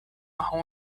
maha